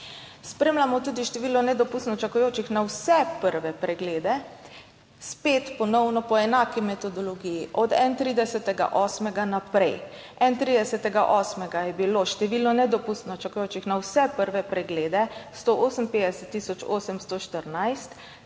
Spremljamo tudi število nedopustno čakajočih na vse prve preglede. Spet ponovno po enaki metodologiji. od 31. 8. naprej, 31. 8. je bilo število nedopustno čakajočih na vse prve preglede 158